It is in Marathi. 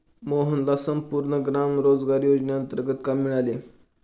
मोहनला संपूर्ण ग्राम रोजगार योजनेंतर्गत काम मिळाले